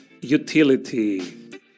utility